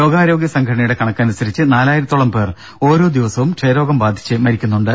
ലോകാരോഗ്യ സംഘടനയുടെ കണക്കനുസരിച്ച് നാലായിരത്തോളം പേർ ഓരോ ദിവസവും ക്ഷയരോഗം ബാധിച്ച് മരിക്കുന്നുണ്ട്